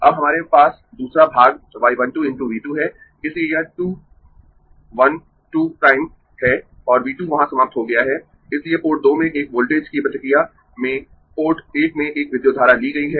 अब हमारे पास दूसरा भाग y 1 2 × V 2 है इसलिए यह 2 1 2 प्राइम है और V 2 वहां समाप्त हो गया है इसलिए पोर्ट 2 में एक वोल्टेज की प्रतिक्रिया में पोर्ट 1 में एक विद्युत धारा ली गई है